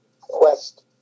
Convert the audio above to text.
quest